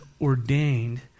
ordained